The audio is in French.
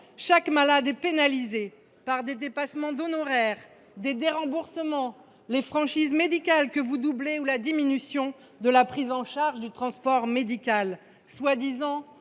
Chaque malade est pénalisé par des dépassements d’honoraires, par des déremboursements, par les franchises médicales, que vous doublez, ou par la diminution de la prise en charge du transport médical, prétendument